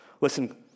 Listen